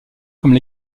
comme